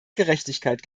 gerechtigkeit